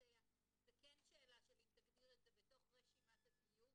להסתייע זה כן שאלה של אם תגדיר את זה בתוך רשימת התיוג